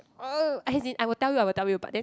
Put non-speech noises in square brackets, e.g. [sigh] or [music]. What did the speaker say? [noise] as in I will tell you I will tell you but then